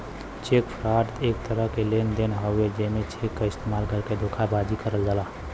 check fraud एक तरह क लेन देन हउवे जेमे चेक क इस्तेमाल करके धोखेबाजी करल जाला